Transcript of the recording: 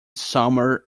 summer